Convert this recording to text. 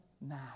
now